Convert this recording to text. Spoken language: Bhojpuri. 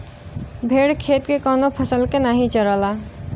भेड़ खेत के कवनो फसल के नाही चरला